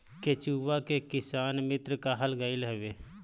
केचुआ के किसान मित्र कहल गईल हवे